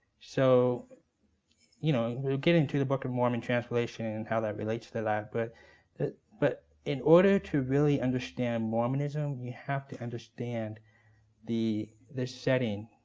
so you know we'll get into the book of mormon translation and how that relates to that, but but in order to really understand mormonism, you have to understand the the setting,